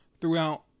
throughout